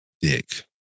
dick